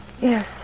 Yes